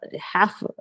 half